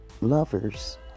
lovers